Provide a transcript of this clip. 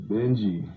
Benji